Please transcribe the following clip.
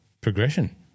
progression